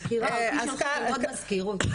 יקירה, אותי שלחו ללמוד מזכירות.